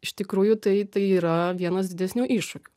iš tikrųjų tai tai yra vienas didesnių iššūkių